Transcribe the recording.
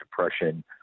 depression